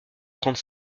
trente